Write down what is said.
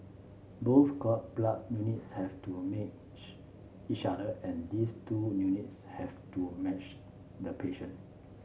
both cord blood units have to match each other and these two units have to match the patient